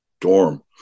dorm